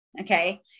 Okay